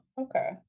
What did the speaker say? okay